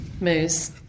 Moose